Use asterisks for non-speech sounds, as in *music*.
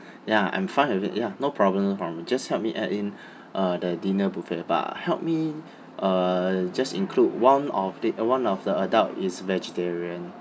ya I'm fine with it ya no problem no problem just help me add in *breath* uh the dinner buffet but help me uh just include one of the uh one of the adult is vegetarian